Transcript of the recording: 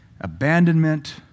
abandonment